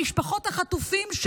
במשפחות החטופים,